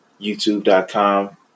youtube.com